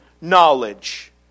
knowledge